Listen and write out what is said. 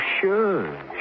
sure